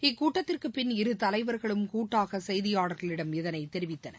இக்கூட்டத்திற்கு பின் இரு தலைவர்களும் கூட்டாக செய்தியாளர்களிடம் இதனை தெரிவித்தனர்